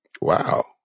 wow